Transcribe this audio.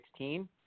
2016